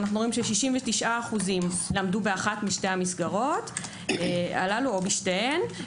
69% למדו באחת משתי המסגרות הללו או בשתיהן.